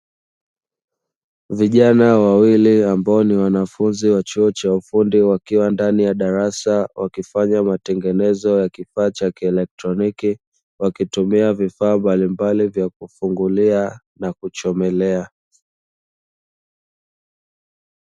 Vijana wawili ambao ni wanafunzi wa chuo cha ufundi, wakiwa ndani ya darasa, wakifanya matengenezo ya kifaa cha kielektroniki, wakitumia vifaa mbalimbali vya kufungulia na kuchomelea.